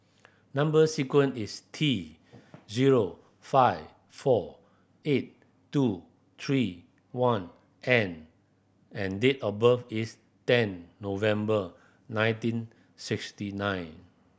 number sequence is T zero five four eight two three one N and date of birth is ten November nineteen sixty nine